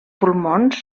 pulmons